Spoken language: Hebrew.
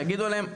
שיגידו להם,